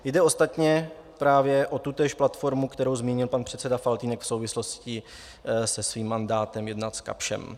Jde ostatně právě o tutéž platformu, kterou zmínil pan předseda Faltýnek v souvislosti se svým mandátem jednat s Kapschem.